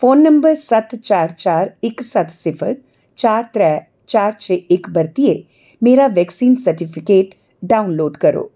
phone number सत्त चार चार इक सत्त सिफर चार त्रै चार छे इक बरतियै मेरा वैक्सीन सर्टिफिकेट डाउनलोड करो